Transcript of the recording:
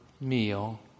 meal